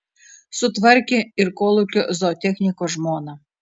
sutvarkė ir kolūkio zootechniko žmoną